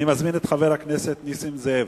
אני מזמין את חבר הכנסת נסים זאב.